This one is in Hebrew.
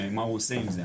מה הוא עושה עם זה,